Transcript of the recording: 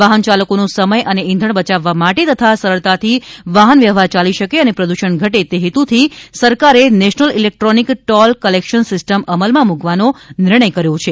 વાહન ચાલકોનો સમય અને ઇંધણ બચાવવા માટે તથા સરળતાથી વાહન વ્યવહાર ચાલી શકે અને પ્રદૂષણ ઘટે તે હેતુથી સરકારે national electronic toll collection system અમલમાં મૂકવાનો નિર્ણય કર્યો છે